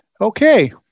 Okay